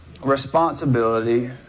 responsibility